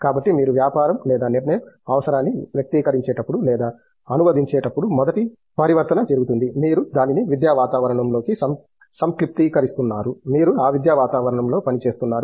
కాబట్టి మీరు వ్యాపారం లేదా నిర్ణయం అవసరాన్ని వ్యక్తీకరించేటప్పుడు లేదా అనువదించేటప్పుడు మొదటి పరివర్తన జరుగుతుంది మీరు దానిని విద్యా వాతావరణంలోకి సంక్షిప్తీకరిస్తున్నారు మీరు ఆ విద్యా వాతావరణంలో పని చేస్తున్నారు